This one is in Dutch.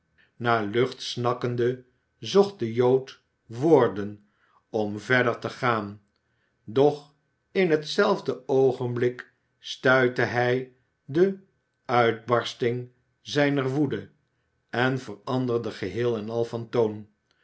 naar lucht snakkende zocht de jood woorden om verder te gaan doch in hetzelfde oogenblik stuitte hij de uitbarsting zijner woede en veranderde geheel en al van toon